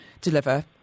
deliver